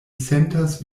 sentas